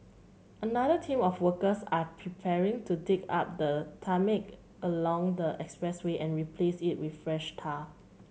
another team of workers are preparing to dig up the tarmac along the expressway and replace it with fresh tar